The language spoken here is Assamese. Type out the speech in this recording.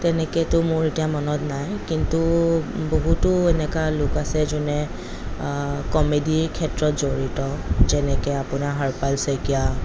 তেনেকেতো মোৰ এতিয়া মনত নাই কিন্তু বহুতো এনেকুৱা লোক আছে যোনে কমেডীৰ ক্ষেত্ৰত জড়িত যেনেকে আপোনাৰ হৰ্পল শইকীয়া